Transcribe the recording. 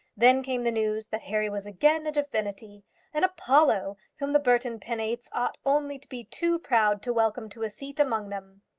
then came the news that harry was again a divinity an apollo, whom the burton penates ought only to be too proud to welcome to a seat among them!